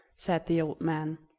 said the old man.